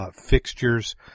fixtures